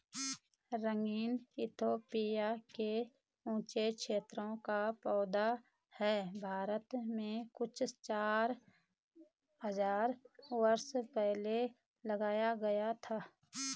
रागी Ethiopia के ऊँचे क्षेत्रों का पौधा है भारत में कुछ चार हज़ार बरस पहले लाया गया था